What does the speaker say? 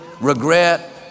regret